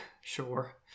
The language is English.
sure